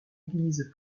église